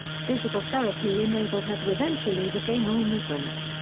physical therapy enabled her to eventually regain all movement.